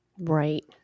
Right